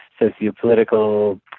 sociopolitical